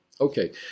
Okay